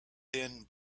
thin